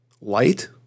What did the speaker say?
light